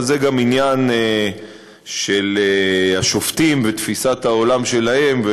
אבל זה גם עניין של השופטים ותפיסת העולם שלהם.